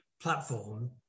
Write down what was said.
platform